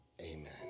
Amen